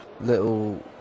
little